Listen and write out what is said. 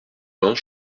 vingt